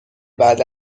بعد